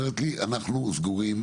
אומרת לי, אנחנו סגורים,